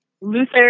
Luther